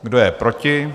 Kdo je proti?